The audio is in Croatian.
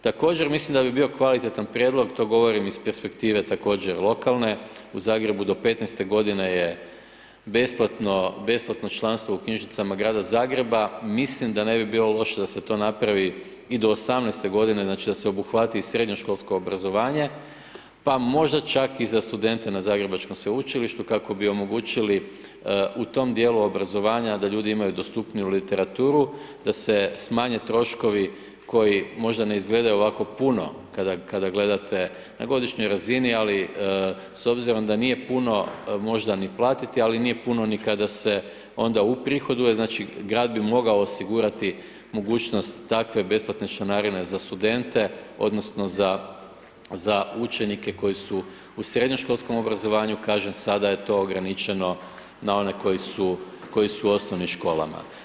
Također mislim da bi bio kvalitetan prijedlog, to govorim iz perspektive također lokalne, u Zagrebu do 15. godine je besplatno članstvo u knjižnicama grada Zagreba, mislim da ne bi bilo loše da se to napravi i do 18. godine, znači da se obuhvati i srednjoškolsko obrazovanje, pa možda čak i za studente na zagrebačkom sveučilištu kako bi omogućili u tom dijelu obrazovanja, da ljudi imaju dostupniju literaturu, da se smanje troškovi koji možda ne izgledaju ovako puno kada gledate na godišnjoj razini, ali s obzirom da nije puno možda ni platiti, ali nije puno ni kada se onda uprihoduje, znači grad bi mogao osigurati mogućnost takve besplatne članarine za studente, odnosno za učenike koji su u srednjoškolskom obrazovanju kažem sada je to ograničeno na one koji su u osnovnim školama.